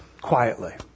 quietly